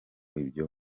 ibyo